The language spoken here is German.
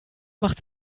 macht